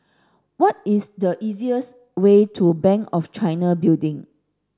what is the easiest way to Bank of China Building